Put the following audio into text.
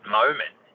moment